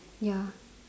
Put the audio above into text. ya